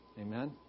Amen